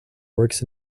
works